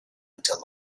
into